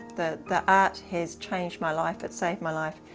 that the art has changed my life it saved my life.